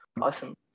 Awesome